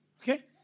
Okay